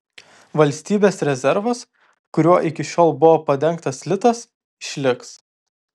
valstybės rezervas kuriuo iki šiol buvo padengtas litas išliks